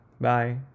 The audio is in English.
Bye